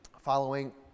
following